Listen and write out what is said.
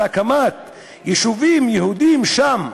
על הקמת יישובים יהודיים שם,